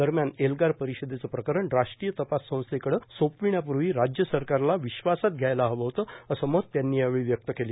दरम्यान एल्गार परिषदेचं प्रकरण राष्ट्रीय तपास संस्थेकडं सोपविण्यापूर्वी राज्य सरकारला विश्वासात घ्यायला हवं होतं असं मत त्यांनी यावेळी व्यक्त केलं